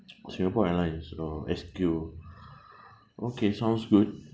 singapore airlines oh S_Q okay sounds good